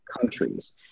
countries